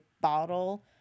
bottle